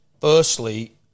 Firstly